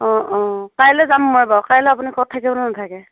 অ অ কাইলৈ যাম মই বাৰু কাইলৈ আপুনি ঘৰত থাকিবনে নাথাকে